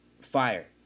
fire